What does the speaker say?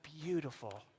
beautiful